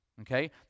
okay